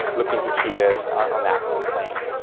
looking for cheetahs on the african plain.